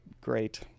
great